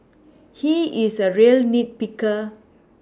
he is a real nit picker